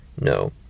No